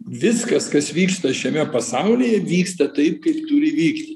viskas kas vyksta šiame pasaulyje vyksta taip kaip turi vykti